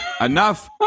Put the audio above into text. Enough